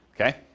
Okay